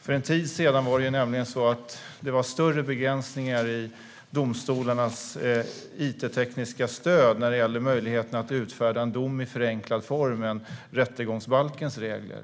För en tid sedan var det större begränsningar i domstolarnas it-stöd när det gällde möjligheterna att utfärda en dom i förenklad form enligt rättegångsbalkens regler.